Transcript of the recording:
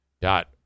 dot